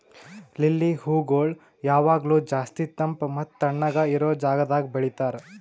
lily ಹೂಗೊಳ್ ಯಾವಾಗ್ಲೂ ಜಾಸ್ತಿ ತಂಪ್ ಮತ್ತ ತಣ್ಣಗ ಇರೋ ಜಾಗದಾಗ್ ಬೆಳಿತಾರ್